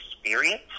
experience